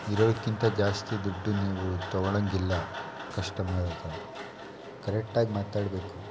ಇರೋದಕ್ಕಿಂತ ಜಾಸ್ತಿ ದುಡ್ಡು ನೀವು ತೊಗೊಳಂಗಿಲ್ಲ ಕಸ್ಟಮರ್ ಹತ್ತಿರ ಕರೆಕ್ಟಾಗಿ ಮಾತಾಡಬೇಕು